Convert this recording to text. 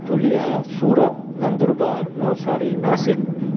Dhulia Surat Nandurbar Navsari Nashik